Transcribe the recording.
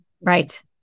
Right